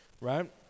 right